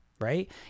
right